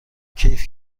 کیف